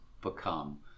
become